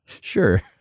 Sure